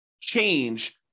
change